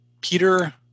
Peter